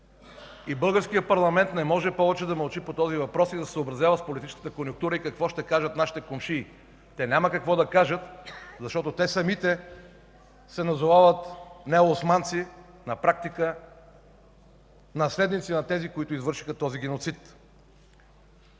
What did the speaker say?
Българският парламент не може повече да мълчи по този въпрос и да се съобразява с политическата конюнктура и какво ще кажат нашите комшии. Те няма какво да кажат, защото те самите се назовават неосманци, на практика наследници на тези, които извършиха този геноцид.